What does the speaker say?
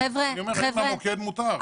חבר'ה, חבר'ה,